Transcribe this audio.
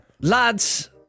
Lads